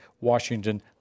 Washington